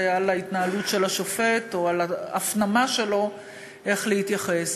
על ההתנהלות של השופט או על ההפנמה שלו איך להתייחס.